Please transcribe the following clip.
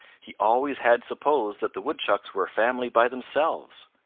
he always had supposed that the woodchucks were a family by themselves.